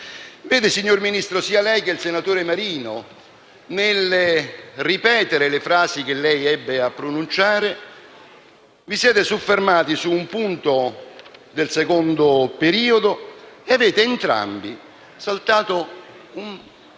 Vede, signor Ministro, sia lei che il senatore Marino, nel ripetere le frasi che lei ebbe a pronunciare, vi siete soffermati su un punto del secondo periodo e avete entrambi saltato un